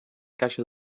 caixa